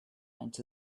into